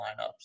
lineups